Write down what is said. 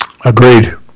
agreed